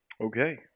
Okay